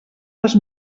les